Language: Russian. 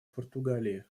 португалии